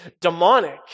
demonic